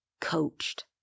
coached